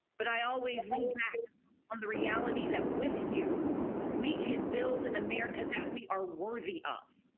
but i always laid back on the reality that with you we can build an america that we are worthy of.